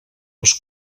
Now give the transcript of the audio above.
les